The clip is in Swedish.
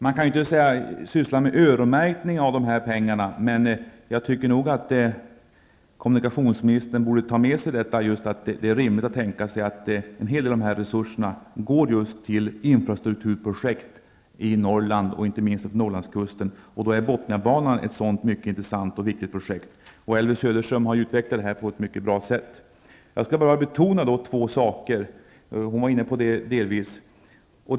Man kan inte syssla med öronmärkning av pengarna, men jag tycker att kommunikationsministern borde ta med sig synpunkten att det är rimligt att tänka sig att en hel del av dessa resurser går just till infrastrukturprojekt i Norrland, inte minst utefter Norrlandskusten. Då är Bothniabanan ett mycket intressant och viktigt projekt. Elvy Söderström har utvecklat detta på ett mycket bra sätt. Jag vill bara betona två saker. Elvy Söderström var delvis inne på detsamma.